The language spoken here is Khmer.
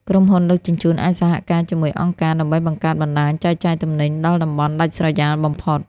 ក្រុមហ៊ុនដឹកជញ្ជូនអាចសហការជាមួយអង្គការ ដើម្បីបង្កើតបណ្ដាញចែកចាយទំនិញដល់តំបន់ដាច់ស្រយាលបំផុត។